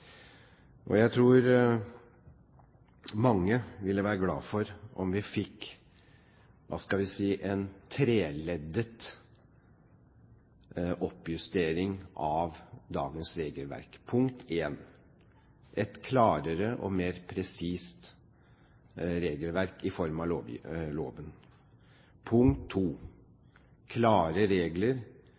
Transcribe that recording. Jeg tror mange ville være glad for om vi fikk, hva skal man si, en treleddet oppjustering av dagens regelverk – punkt 1 et klarere og mer presist regelverk i form av lov, punkt 2 klare regler